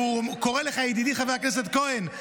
והוא קורא לך: ידידי חבר הכנסת כהן,